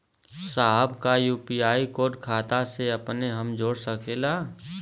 साहब का UPI code खाता से अपने हम जोड़ सकेला?